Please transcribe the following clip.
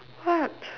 what